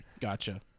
Gotcha